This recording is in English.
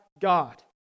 God